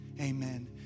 Amen